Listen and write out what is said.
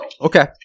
Okay